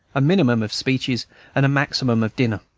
a minimum of speeches and a maximum of dinner.